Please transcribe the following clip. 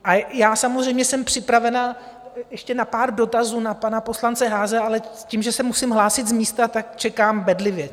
A já samozřejmě jsem připravena ještě na pár dotazů na pana poslance Haase, ale tím, že se musím hlásit z místa, čekám bedlivě.